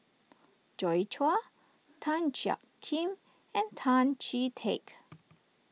Joi Chua Tan Jiak Kim and Tan Chee Teck